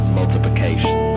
multiplication